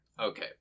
Okay